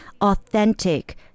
authentic